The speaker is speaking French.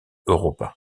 europa